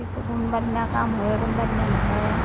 কোনোবাদিনা কাম হয় কোনোবাদিন নহয়ে